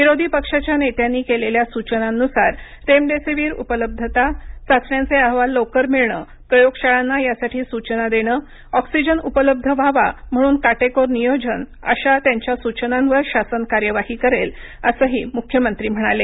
विरोधी पक्षाच्या नेत्यांनी केलेल्या सूचनांनुसार रेमडेसिव्हीर उपलब्धता चाचण्यांचे अहवाल लवकर मिळणं प्रयोगशाळांना यासाठी सूचना देणे ऑक्सिजन उपलब्ध व्हावा म्हणून काटेकोर नियोजन अशा त्यांच्या सूचनांवर शासन कार्यवाही करेल असंही मुख्यमंत्री म्हणाले